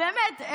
באמת,